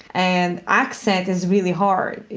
and accent is really hard, you